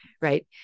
Right